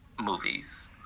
movies